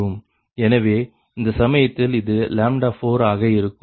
எனவே அந்த சமயத்தில் இது 4 ஆக இருக்கும்